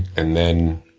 and then,